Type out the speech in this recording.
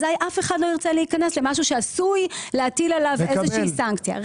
אזי אף אחד לא ירצה להיכנס למשהו שעשוי להטיל עליו איזושהי סנקציה.